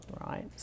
right